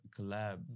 collab